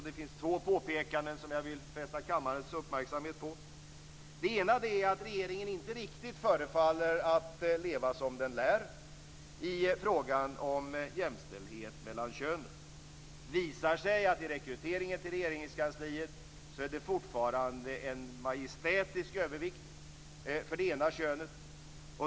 Det finns två påpekanden som jag vill fästa kammarens uppmärksamhet på. Det ena är att regeringen inte riktigt förefaller att leva som den lär i frågan om jämställdhet mellan könen. Det visar sig att det vid rekryteringen till Regeringskansliet fortfarande är en majestätisk övervikt för det ena könet.